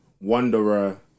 Wanderer